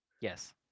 Yes